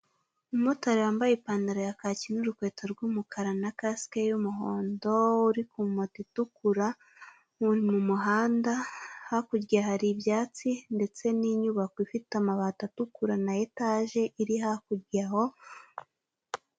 Umumotari ari mu muhanda hafi y'inzu ndetse n'itaje. Yambaye inkweto z'umukara, ipantalo ya kaki, umupira w'umukara, ijire y'umuhondo ndetse na kasike y'umuhondo.